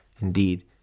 indeed